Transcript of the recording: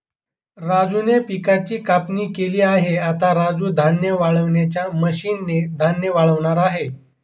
राजूने पिकाची कापणी केली आहे, आता राजू धान्य वाळवणाच्या मशीन ने धान्य वाळवणार आहे